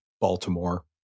Baltimore